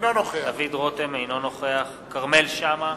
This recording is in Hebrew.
אינו נוכח כרמל שאמה,